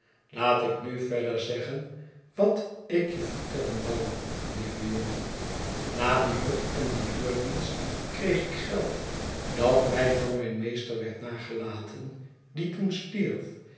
laat ik nu verder zeggen wat ik je vertellen wou lieve jongen na die hut en dien huurdienst kreeg ik geld dat mij door mijn meester werd nagelaten die toen